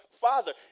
father